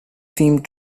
seemed